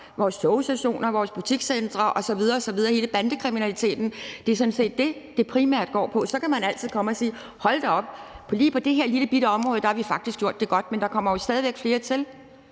vores togstationer, vores butikscentre, hele bandekriminaliteten osv. osv. Det er sådan set det, det primært går på. Så kan man altid komme og sige: Hold da op, lige på det her lillebitte område har vi faktisk gjort det godt. Men der kommer jo stadig væk flere til.